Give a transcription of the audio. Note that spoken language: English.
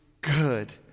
good